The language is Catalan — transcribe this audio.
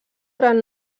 gran